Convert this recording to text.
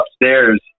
upstairs